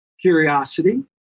Curiosity